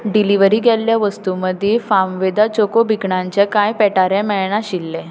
delivery केल्ल्या वस्तू मदीं फार्मवेदा चोको भिकणांचे कांय पेटारे मेळनाशिल्ले